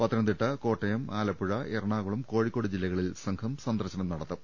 പത്തനംതിട്ട കോട്ടയം ആലപ്പുഴ എറണാകുളം കോഴിക്കോട് ജില്ലകളിൽ സംഘം സന്ദർശനം നടത്തും